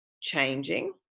changing